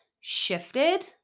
shifted